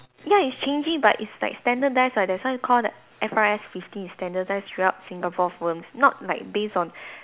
ya it's changing but it's like standardised [what] that's why it's called the F_R_S fifteen is standardised throughout Singapore firms not like based on